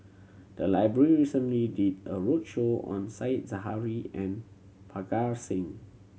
the library recently did a roadshow on Said Zahari and Parga Singh